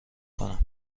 کنم